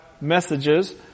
messages